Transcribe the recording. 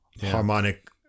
Harmonic